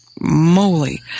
moly